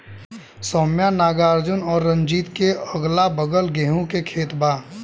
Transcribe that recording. सौम्या नागार्जुन और रंजीत के अगलाबगल गेंहू के खेत बा